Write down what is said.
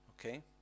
okay